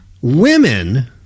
women